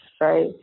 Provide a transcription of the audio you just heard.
right